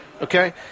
okay